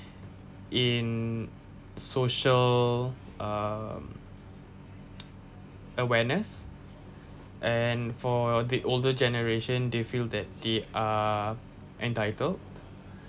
in social um awareness and for the older generation they feel that they are entitled